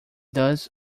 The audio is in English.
thus